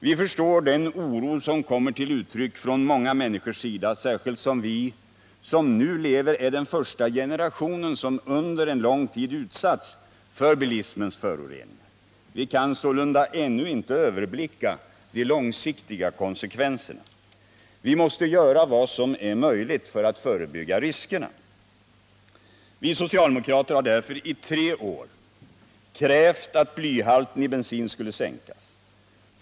Vi förstår den oro som kommer till uttryck från många människors sida, särskilt som vi som nu lever är den första generation som under en lång tid utsatts för bilismens föroreningar. Vi kan sålunda ännu inte överblicka de långsiktiga konsekvenserna. Vi måste göra vad som är möjligt för att förebygga riskerna. Vi socialdemokrater har därför i tre år krävt att blyhalten i bensin skulle sänkas.